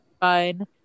fine